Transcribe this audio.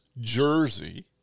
jersey